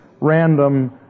random